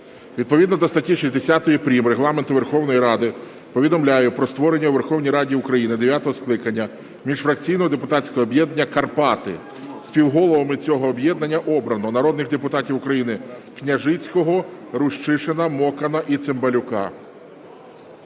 Відповідно до статті 60 прим. Регламенту Верховної Ради повідомляю про створення у Верховній Раді України дев'ятого скликання міжфракційного депутатського об'єднання "Карпати". Співголовами цього об'єднання обрано народних депутатів України Княжицького, Рущишина, Мокана і Цимбалюка.